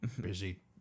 busy